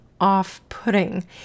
off-putting